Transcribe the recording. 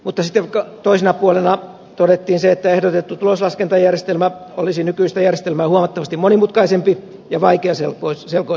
mutta sitten toisena puolena todettiin se että ehdotettu tuloslaskentajärjestelmä olisi nykyistä järjestelmää huomattavasti monimutkaisempi ja vaikeaselkoisempi